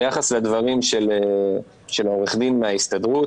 ביחס לדבריו של חגי הראל,